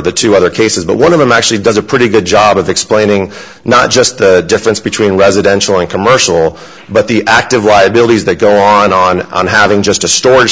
the two other cases but one of them actually does a pretty good job of explaining not just the difference between residential and commercial but the active right abilities that go on on on having just a stor